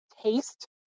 taste